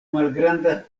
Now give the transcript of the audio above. malgranda